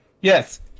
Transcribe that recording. Yes